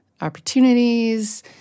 opportunities